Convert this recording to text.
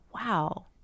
wow